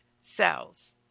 cells